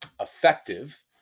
effective